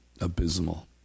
abysmal